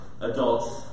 adults